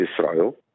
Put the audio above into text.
Israel